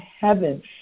heaven